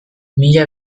mila